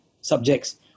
subjects